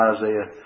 Isaiah